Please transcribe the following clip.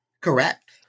Correct